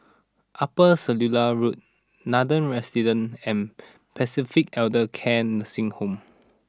Upper Circular Road Nathan Residences and Pacific Elder Care Nursing Home